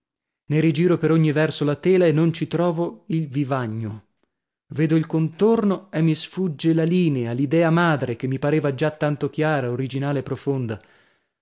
ne rigiro per ogni verso la tela e non ci trovo il vivagno vedo il contorno e mi sfugge la linea l'idea madre che mi pareva già tanto chiara originale e profonda